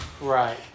Right